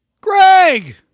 greg